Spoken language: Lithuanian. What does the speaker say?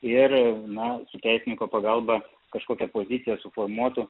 ir na su teisininko pagalba kažkokią poziciją suformuotų